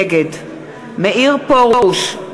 נגד מאיר פרוש,